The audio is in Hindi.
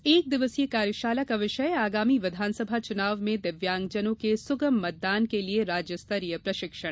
इस एकदिवसीय कार्यशाला का विषय आगामी विधानसभा चुनाव में दिव्यांगजनों के सुगम मतदान हेतु राज्य स्तरीय प्रशिक्षण